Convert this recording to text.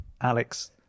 Alex